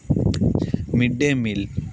mid day meal